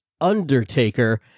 Undertaker